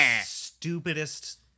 stupidest